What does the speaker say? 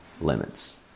limits